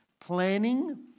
planning